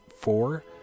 four